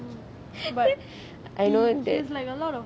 I know that